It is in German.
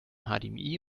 hdmi